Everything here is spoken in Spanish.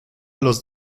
los